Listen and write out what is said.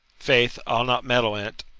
faith, i'll not meddle in it.